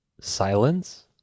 silence